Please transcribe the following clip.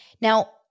Now